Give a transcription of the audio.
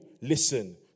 listen